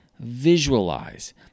visualize